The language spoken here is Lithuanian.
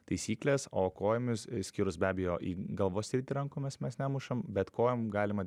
taisyklės o kojomis išskyrus be abejo galvos sritį rankomis mes nemušam bet kojom galima